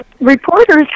reporters